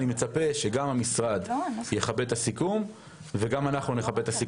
אני מצפה שגם המשרד יכבד את הסיכום וגם אנחנו נכבד אותו.